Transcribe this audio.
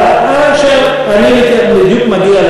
בארצות-הברית שהיה אומר את זה,